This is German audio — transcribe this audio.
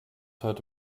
heute